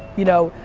you know,